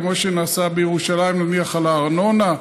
כמו שנעשה בירושלים, נניח, על הארנונה.